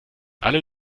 alle